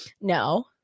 no